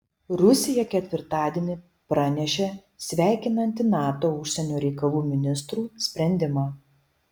rusija ketvirtadienį pranešė sveikinanti nato užsienio reikalų ministrų sprendimą